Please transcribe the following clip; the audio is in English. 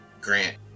Grant